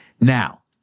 Now